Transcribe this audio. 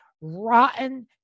rotten